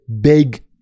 big